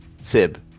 sib